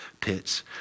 pits